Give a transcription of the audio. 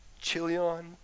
Chilion